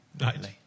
rightly